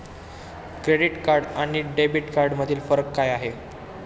Credit card आणि debit कार्डमधील फरक काय आहे?